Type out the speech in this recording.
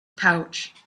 pouch